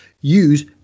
use